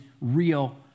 real